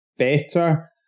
better